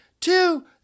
two